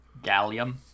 Gallium